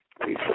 please